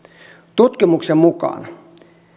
tutkimuksen mukaan